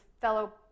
fellow